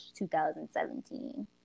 2017